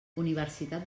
universitat